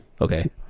Okay